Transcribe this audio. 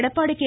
Edappadi K